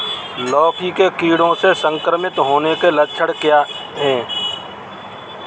लौकी के कीड़ों से संक्रमित होने के लक्षण क्या हैं?